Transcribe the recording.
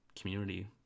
community